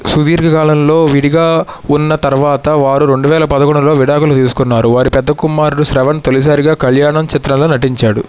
సుదీర్ఘ కాలంలో విడిగా ఉన్న తర్వాత వారు రెండు వేల పదకొండులో విడాకులు తీసుకున్నారు వారి పెద్ద కుమారుడు శ్రవణ్ తొలిసారిగా కళ్యాణం చిత్రంలో నటించాడు